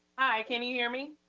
hi, can you hear me?